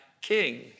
king